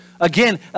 again